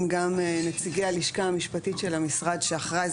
גם נציגי הלשכה המשפטית של המשרד שאחראי,